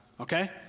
Okay